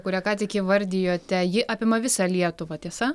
kurią ką tik įvardijote ji apima visą lietuvą tiesa